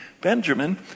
Benjamin